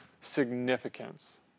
significance